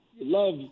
love